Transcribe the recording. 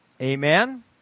Amen